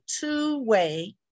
two-way